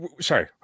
sorry